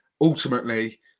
ultimately